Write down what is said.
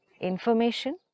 Information